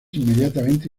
inmediatamente